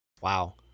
Wow